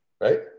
Right